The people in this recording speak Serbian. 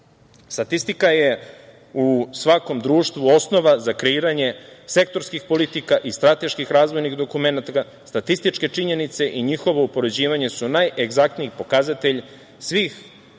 Statistika je u svakom društvu osnova za kreiranje sektorskih politika i strateški razvojnih dokumenata, statističke činjenice i njihovo upoređivanje su najegzaktniji pokazatelj svih